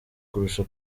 kurusha